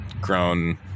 grown